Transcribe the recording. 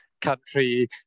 country